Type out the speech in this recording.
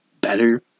better